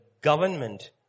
government